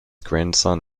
grandson